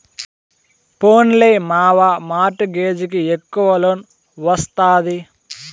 పోన్లే మావా, mortgage కి ఎక్కవ లోన్ ఒస్తాది